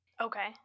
Okay